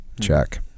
Check